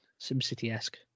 SimCity-esque